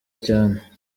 cyane